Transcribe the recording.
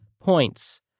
points